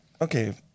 okay